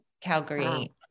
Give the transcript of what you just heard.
Calgary